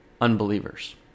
unbelievers